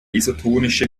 isotonische